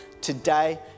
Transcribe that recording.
today